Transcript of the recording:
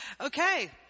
Okay